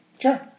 Sure